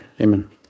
amen